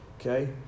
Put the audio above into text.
okay